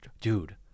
Dude